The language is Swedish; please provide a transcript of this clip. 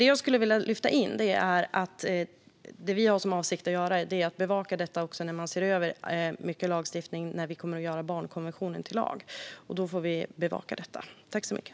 Det jag skulle vilja lyfta in är att vi har för avsikt att bevaka detta när vi kommer att göra barnkonventionen till lag; då kommer mycket lagstiftning att ses över.